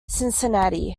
cincinnati